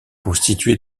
constituée